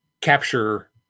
capture